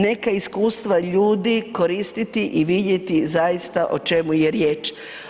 Neka iskustva ljudi koristit i vidjeti zaista o čemu je riječ.